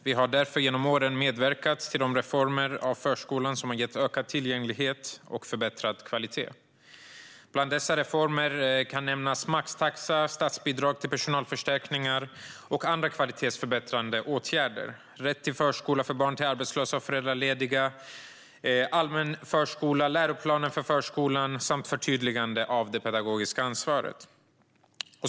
Vi har därför genom åren medverkat till reformer av förskolan som har gett ökad tillgänglighet och förbättrad kvalitet. Bland dessa reformer kan nämnas maxtaxa, statsbidrag till personalförstärkning och andra kvalitetsförbättrande åtgärder, rätt till förskola för barn till arbetslösa och föräldralediga, allmän förskola, läroplan för förskolan samt förtydligande av det pedagogiska ansvaret.